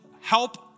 help